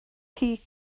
chi